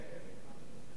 אבל השתלחות